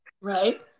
Right